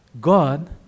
God